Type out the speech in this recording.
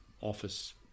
office